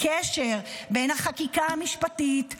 יש קשר בין החקיקה המשפטית,